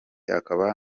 akaba